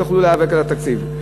תוכלו להיאבק על התקציב.